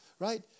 Right